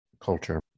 culture